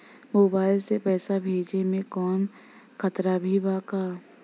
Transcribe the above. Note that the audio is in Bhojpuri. मोबाइल से पैसा भेजे मे कौनों खतरा भी बा का?